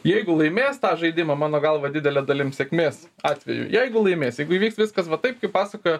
jeigu laimės tą žaidimą mano galva didele dalim sėkmės atveju jeigu laimės jeigu įvyks viskas va taip kaip pasakojo